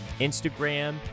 Instagram